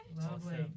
Lovely